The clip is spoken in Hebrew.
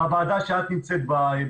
בוועדה שאת נמצאת בה,